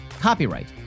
copyright